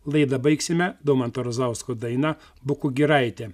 laidą baigsime domanto razausko daina bukų giraitė